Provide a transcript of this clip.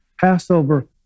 Passover